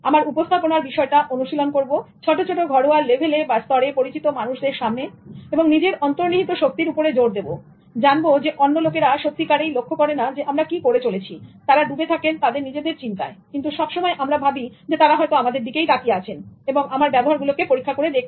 আমার উপস্থাপনার বিষয়টা অনুশীলন করব ছোট ছোট ঘরোয়া লেভেলে বা স্তরে পরিচিত মানুষদের সামনে নিজের অন্তর্নিহিত শক্তির উপরে জোর দেবো জানব অন্য লোকেরা সত্যিকারেই লক্ষ্য করে না আমরা কি করছি তারা ডুবে থাকেন তাদের নিজেদের চিন্তায় কিন্তু সব সময় আমরা ভাবি তারা আমার দিকে তাকিয়ে আছেন এবং আমার ব্যবহারগুলো পরীক্ষা করছেন